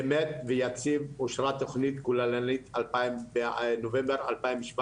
אמת ויציב, אושרה תכנית כוללנית בנובמבר 2017,